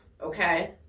Okay